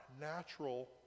natural